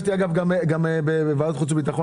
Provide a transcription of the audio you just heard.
אגב, ביקשתי את הדיון גם בוועדת חוץ וביטחון.